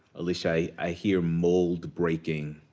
alicia, i hear mold breaking,